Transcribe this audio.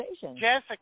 Jessica